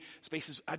spaces